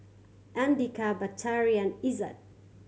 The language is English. Andika Batari and Izzat